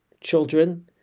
children